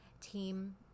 team